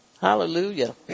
Hallelujah